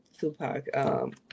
Tupac